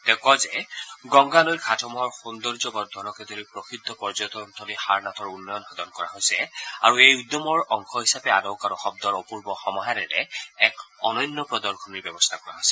তেওঁ কয় যে গংগা নৈৰ ঘাটসমূহৰ সৌন্দৰ্য বৰ্ধনকে ধৰি প্ৰসিদ্ধ পৰ্যটনথলী সাৰনাথৰ উন্নয়ন সাধন কৰা হৈছে আৰু এই উদ্যমৰ অংশ হিচাপে আলোক আৰু শব্দৰ অপূৰ্ব সমাহাৰেৰে এক অনন্য প্ৰদৰ্শনীৰ ব্যৱস্থা কৰা হৈছে